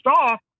off